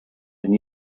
and